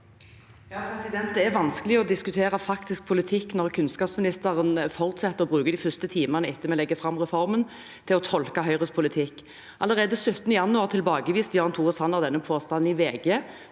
(H) Det er vanskelig å diskutere faktisk politikk når kunnskapsministeren fortsetter å bruke de første timene etter at vi legger fram reformen, til å tolke Høyres politikk. Allerede 17. januar tilbakeviste Jan Tore Sanner denne påstanden i VG.